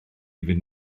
fynd